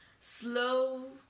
Slow